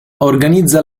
organizza